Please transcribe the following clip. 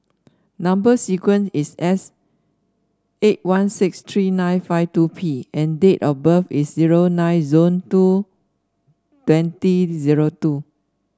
number sequence is S eight one six three nine five two P and date of birth is zero nine two twenty zero two